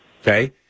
okay